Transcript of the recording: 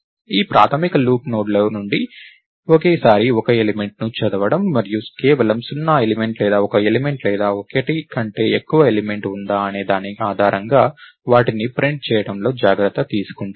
ఈ ప్రాథమిక లూప్ నోడ్ల నుండి ఒకేసారి ఒక ఎలిమెంట్ ను చదవడం మరియు కేవలం సున్నా ఎలిమెంట్ లేదా ఒక ఎలిమెంట్ లేదా ఒకటి కంటే ఎక్కువ ఎలిమెంట్ ఉందా అనే దాని ఆధారంగా వాటిని ప్రింట్ చేయడంలో జాగ్రత్త తీసుకుంటుంది